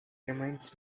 reminds